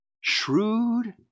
Shrewd